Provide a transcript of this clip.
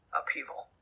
upheaval